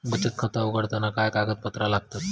बचत खाता उघडताना काय कागदपत्रा लागतत?